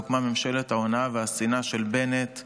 הוקמה ממשלת ההונאה והשנאה של בנט,